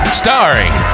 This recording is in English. starring